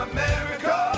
America